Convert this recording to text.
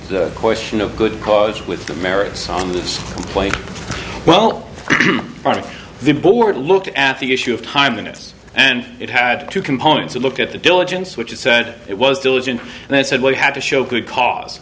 the question of good cause with the merits on this play well part of the board looked at the issue of time minutes and it had two components it looked at the diligence which it said it was diligent and they said well you have to show good cause